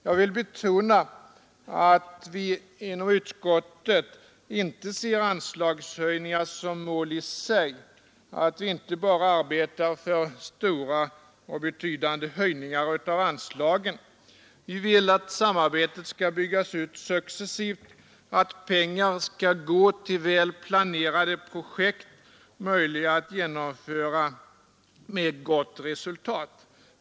Jag vill betona att vi inom utskottet inte ser anslagshöjningar som mål i sig, att vi inte bara arbetar för stora och betydande höjningar av anslagen. Vi vill att samarbetet skall byggas ut successivt och att pengar skall gå till väl planerade projekt, möjliga att genomföra med gott resultat.